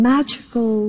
magical